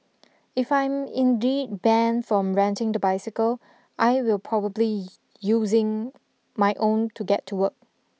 if I'm indeed banned from renting the bicycle I will probably using my own to get to work